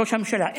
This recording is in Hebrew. ראש הממשלה,